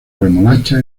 remolacha